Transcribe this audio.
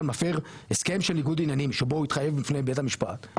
מפר הסכם של ניגוד עניינים שבו התחייב בפני בית המשפט,